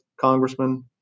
congressman